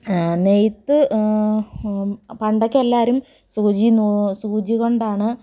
നെയ്ത്ത് പണ്ടൊക്കെ എല്ലാവരും സൂചി സൂചി കൊണ്ടാണ്